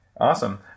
Awesome